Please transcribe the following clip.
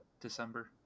December